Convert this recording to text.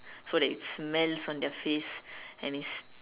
so that it smells on their face and it's